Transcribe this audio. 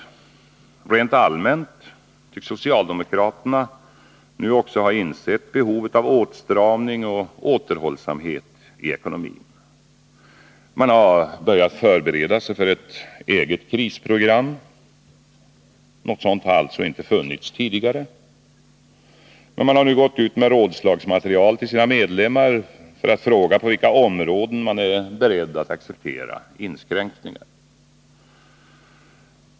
Rent allmänt tycks socialdemokraterna nu också ha insett behovet av åtstramning och återhållsamhet i ekonomin. Man har börjat förbereda sig för ett eget krisprogram. Något sådant har alltså inte funnits tidigare. Man har gått ut med rådslagsmaterial till sina medlemmar för att fråga på vilka områden dessa är beredda att acceptera inskränkningar.